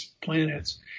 planets